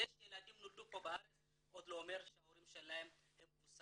זה שילדים נולדו פה בארץ עוד לא אומר שההורים שלהם מבוססים.